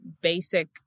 basic